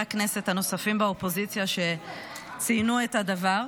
הכנסת הנוספים באופוזיציה שציינו את הדבר,